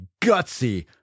gutsy